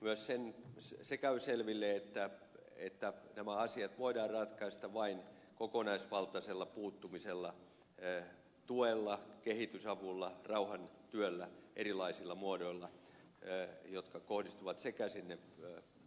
myös se käy selville että nämä asiat voidaan ratkaista vain kokonaisvaltaisella puuttumisella tuella kehitysavulla rauhantyöllä erilaisilla muodoilla jotka kohdistuvat sekä